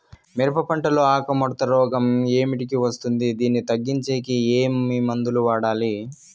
మిరప పంట లో ఆకు ముడత రోగం ఏమిటికి వస్తుంది, దీన్ని తగ్గించేకి ఏమి మందులు వాడాలి?